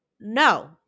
No